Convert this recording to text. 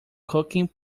cooking